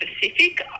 specific